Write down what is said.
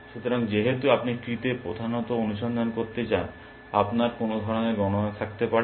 সুতরাং যেহেতু আপনি ট্রি টিতে প্রধানত অনুসন্ধান করতে যান আপনার কোনো ধরণের গণনা থাকতে পারে